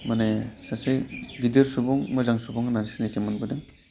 माने सासे गिदिर सुबुं मोजां सुबुं होननानै सिनायथि मोनबोदों